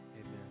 amen